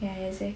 ya exactly